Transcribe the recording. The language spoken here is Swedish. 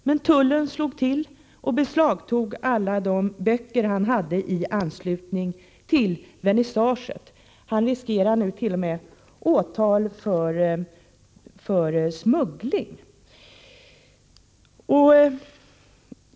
Men tullen slog till och beslagtog alla de böcker han hade med sig i anslutning till vernissagen. Han riskerar nu t.o.m. åtal för smuggling.